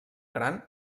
gran